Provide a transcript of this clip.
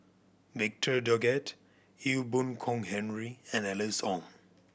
Victor Doggett Ee Boon Kong Henry and Alice Ong